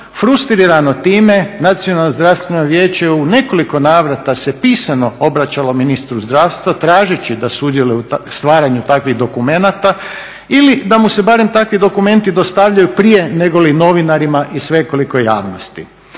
zdravstveno vijeće je u nekoliko navrata se pisano obraćalo ministru zdravstva tražeći da sudjeluje u stvaranju takvih dokumenata ili da mu se barem takvi dokumenti dostavljaju prije nego li novinarima i svekolikoj javnosti.